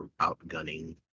outgunning